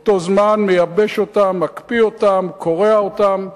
ובאותו זמן מייבש אותם, מקפיא אותם, קורע אותם,